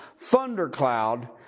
thundercloud